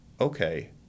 okay